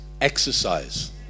Exercise